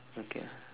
okay ah